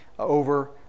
over